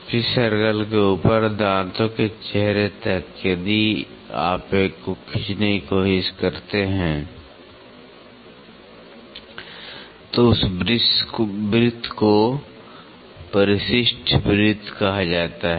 pitch circle के ऊपर दांतों के चेहरे तक यदि आप एक को खींचने की कोशिश करते हैं तो उस वृत्त को परिशिष्ट वृत्त कहा जाता है